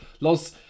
Los